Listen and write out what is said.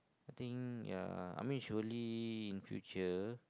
I think ya I mean surely in future